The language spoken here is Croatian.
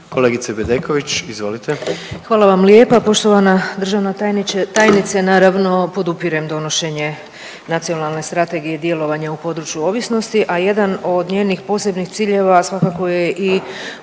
izvolite. **Bedeković, Vesna (HDZ)** Hvala vam lijepa. Poštovana državna tajnice naravno podupirem donošenje Nacionalne strategije djelovanja u području ovisnosti, a jedan od njenih posebnih ciljeva svakako je